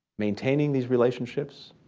maintaining these relationships,